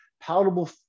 palatable